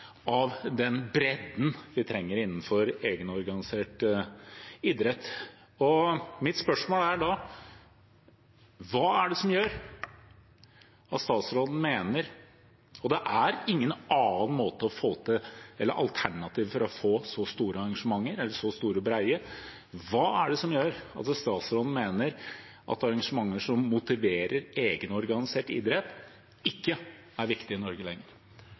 den bredden vi trenger innenfor egenorganisert idrett. Mitt spørsmål er da: Hva er det som gjør at statsråden mener – og det er ingen andre alternativer for å få til så store og brede arrangementer – at arrangementer som motiverer egenorganisert idrett, ikke er viktig i Norge lenger? Jeg sier ikke, og har aldri sagt, at arrangementer som motiverer egenorganisert idrett, ikke er